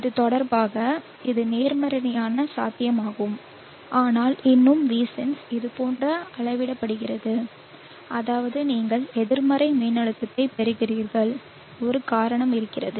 இது தொடர்பாக இது நேர்மறையான சாத்தியமாகும் ஆனால் இன்னும் Vsense இது போன்று அளவிடப்படுகிறது அதாவது நீங்கள் எதிர்மறை மின்னழுத்தத்தைப் பெறுவீர்கள் ஒரு காரணம் இருக்கிறது